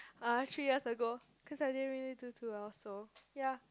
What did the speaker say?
uh three years ago cause I didn't really do too well so ya